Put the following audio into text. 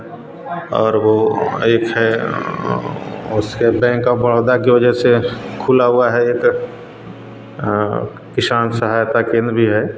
और वह एक है उसके बैंक ऑफ बड़ौदा की वजह से खुला हुआ है एक किसान सहायता केंद्र भी है